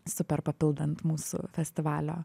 super papildant mūsų festivalio